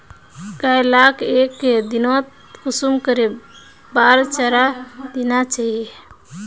गाय लाक एक दिनोत कुंसम करे बार चारा देना चही?